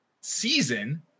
season